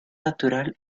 natural